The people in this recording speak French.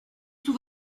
tout